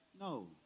No